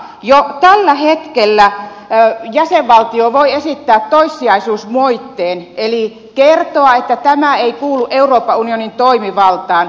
jo tällä hetkellä jäsenvaltio voi esittää toissijaisuusmoitteen eli kertoa että tämä ei kuulu euroopan unionin toimivaltaan